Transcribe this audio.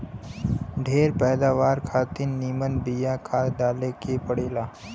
ढेर पैदावार खातिर निमन बिया खाद डाले के पड़ेला